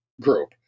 group